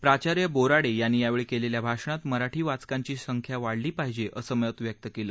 प्राचार्य बोराडे यांनी यावेळी केलेल्या भाषणात मराठी वाचकांची संख्या वाढली पाहिजे असं मत व्यक्त केलं